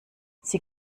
sie